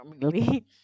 normally